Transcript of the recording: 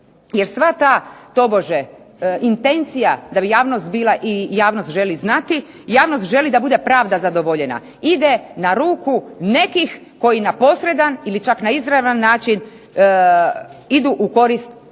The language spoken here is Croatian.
jer sva ta tobože intencija da bi javnost bila i javnost želi znati, javnost želi da bude pravda zadovoljena, ide na ruku nekih koji na posredan ili čak na izravan način idu u korist